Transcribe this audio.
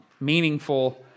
meaningful